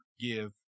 give